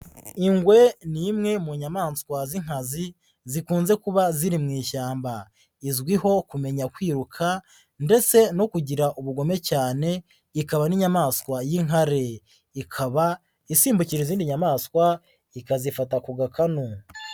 Ingwe ni imwe mu nyamaswa z'inkazi, zikunze kuba ziri mu ishyamba. Izwiho kumenya kwiruka ndetse no kugira ubugome cyane, ikaba n'inyamaswa y'inkare. Ikaba isimbukira izindi nyamaswa, ikazifata ku gakanu.